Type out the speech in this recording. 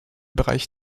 bereich